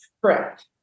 Correct